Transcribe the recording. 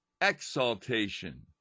exaltation